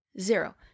zero